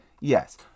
Yes